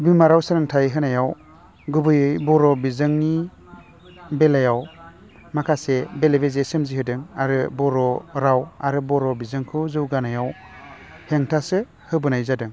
बिमा राव सोलोंथाइ होनायाव गुबैयै बर' बिजोंनि बेलायाव माखासे बेले बेजे सोमजिहोदों आरो बर' राव आरो बर' बिजोंखौ जौगानायाव हेंथासो होबोनाय जादों